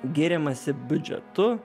giriamasi biudžetu